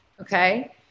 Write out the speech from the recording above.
okay